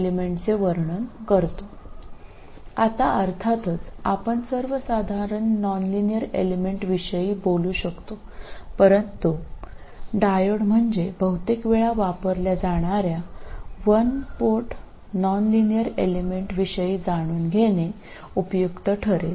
ഇപ്പോൾ തീർച്ചയായും നമുക്ക് പൊതുവായ ഒരു നോൺ ലീനിയർ ഘടകത്തെക്കുറിച്ച് അമൂർത്തമായ രീതിയിൽ സംസാരിക്കാം എന്നാൽ ഡയോഡ് എന്ന വളരെ പതിവായി ഉപയോഗിക്കുന്ന ഒരു പോർട്ട് നോൺലീനിയർ ഘടകത്തെക്കുറിച്ച് പഠിക്കുന്നതും ഉപയോഗപ്രദമാണ്